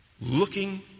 looking